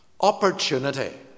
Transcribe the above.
Opportunity